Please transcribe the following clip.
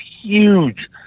huge